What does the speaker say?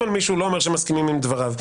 על מישהו לא אומר שמסכימים עם דבריו.